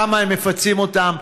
בכמה הם מפצים אותם.